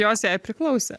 jos jai priklausė